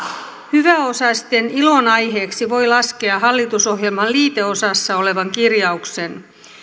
hyväosaisten ilonaiheeksi voi laskea hallitusohjelman liiteosassa olevan kirjauksen